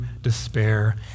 despair